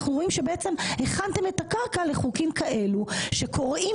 אנחנו רואים שבעצם הכנתם את הקרקע לחוקים כאלה שקוראים